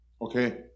okay